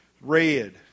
Red